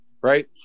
right